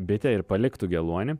bitė ir paliktų geluonį